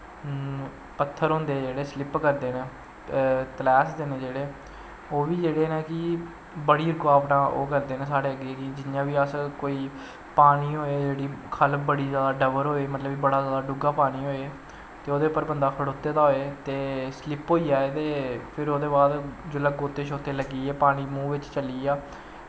पत्थर होंदे जेह्ड़े स्लिप करदे नै तलैसदे नै जेह्ड़े ओह्बी जेह्ड़े न कि बड़ी रुकाबटां ओह् करदे न साढ़े अग्गें जियां बी अस कोई पानी होए जेह्ड़ी खल्ल बड़ी जादा डबर होए मतलब बड़ा जादा डुग्गा पानी होए ते ओह्दे पर बंदा खड़ोता दा होए ते स्लिप होई जाए ते फिर ओह्दे बाद जिसलै गोत्ते शोत्ते लग्गियै पानी मूंह् बिच्च चली आ